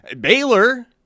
Baylor